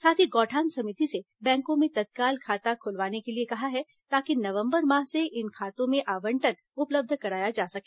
साथ ही गौठान समिति से बैंकों में तत्काल खाता खुलवाने के लिए कहा है ताकि नवम्बर माह से इन खातों में आबंटन उपलब्ध कराया जा सके